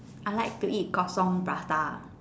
I like to eat kosong prata